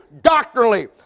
doctrinally